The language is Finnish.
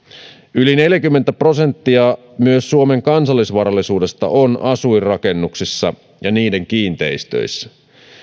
yli neljäkymmentä prosenttia myös suomen kansallisvarallisuudesta on asuinrakennuksissa ja niiden kiinteistöissä